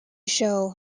show